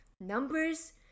numbers